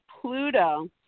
Pluto